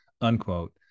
unquote